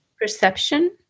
Perception